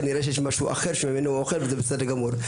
כנראה שיש משהו אחר שממנו הוא אוכל וזה בסדר גמור.